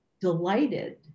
delighted